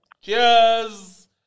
Cheers